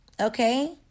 Okay